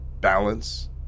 balance